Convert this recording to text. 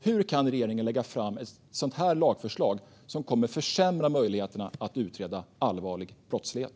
Hur kan regeringen lägga fram ett sådant lagförslag som kommer att försämra möjligheterna att utreda allvarlig brottslighet?